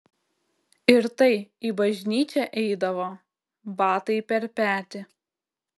ir tai į bažnyčią eidavo batai per petį